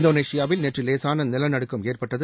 இந்தோனேஷியாவில் நேற்று நிலநடுக்கம் ஏற்பட்டது